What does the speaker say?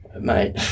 mate